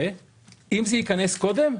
אם זה יכנס קודם,